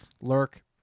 lurk